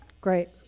Great